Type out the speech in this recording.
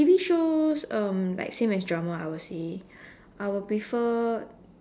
T_V shows um like same as drama I would say I would prefer